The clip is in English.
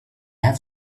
have